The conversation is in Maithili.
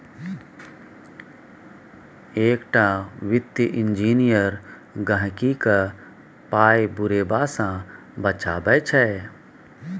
एकटा वित्तीय इंजीनियर गहिंकीक पाय बुरेबा सँ बचाबै छै